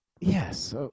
Yes